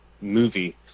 movie